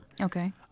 okay